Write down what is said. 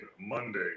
Monday